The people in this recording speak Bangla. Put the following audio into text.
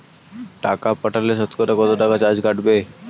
টাকা পাঠালে সতকরা কত টাকা চার্জ কাটবে?